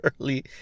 early